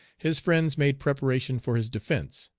his friends made preparation for his defence.